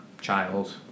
child